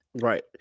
Right